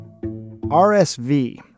RSV